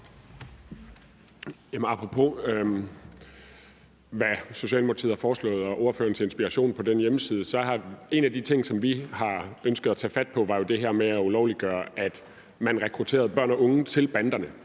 Apropos hvad Socialdemokratiet har foreslået og ordførerens inspiration på den hjemmeside, var en af de ting, som vi har ønsket at tage fat på, jo det her med at ulovliggøre, at man rekrutterede børn og unge til banderne.